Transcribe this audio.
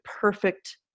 perfect